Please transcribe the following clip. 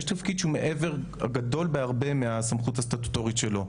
זה תפקיד שהוא גדול בהרבה מהסמכות הסטטוטורית שלו.